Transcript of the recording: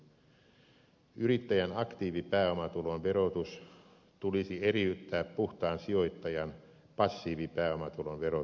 yrittäjän aktiivipääomatulon verotus tulisi eriyttää puhtaan sijoittajan passiivipääomatulon verotuksesta